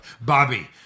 Bobby